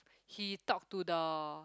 he talked to the